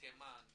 תימן וקווקז,